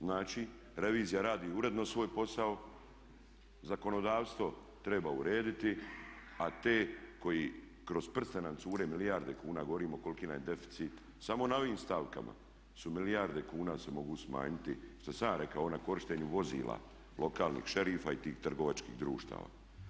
Znači revizija radi uredno svoj posao, zakonodavstvo treba urediti a te koji, kroz prste nam cure milijarde kuna, govorim koliki nam je deficit samo na ovim stavkama su milijarde kuna se mogu smanjiti, što sam ja rekao ovo na korištenju vozila lokalnih šerifa i tih trgovačkih društava.